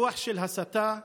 רוח של הסתה וגזענות.